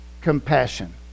compassion